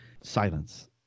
Silence